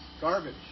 garbage